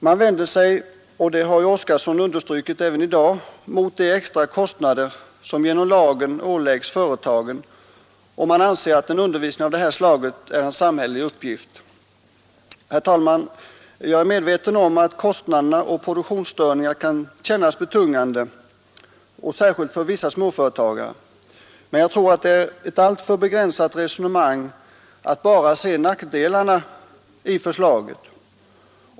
Man vänder sig — och det har herr Oskarson understrukit även i dag — mot de extra kostnader som genom lagen åläggs företagen, och man anser att en undervisning av det här slaget är en samhällelig uppgift. Herr talman! Jag är medveten om att kostnaderna och produktionsstörningar kan kännas betungande, särskilt för vissa småföretagare, men jag tror att det är ett alltför begränsat resonemang att se bara nackdelarna i förslaget.